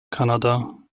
kanada